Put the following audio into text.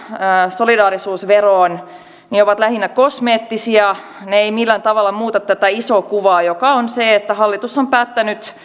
solidaarisuusveroon ovat lähinnä kosmeettisia ne eivät millään tavalla muuta tätä isoa kuvaa joka on se että hallitus on päättänyt